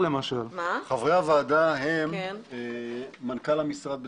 חברי הוועדה הם: מנכ"ל המשרד בתפקיד,